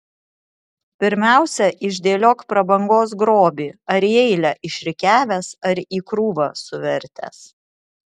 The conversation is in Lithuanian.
pirmiausia išdėliok prabangos grobį ar į eilę išrikiavęs ar į krūvą suvertęs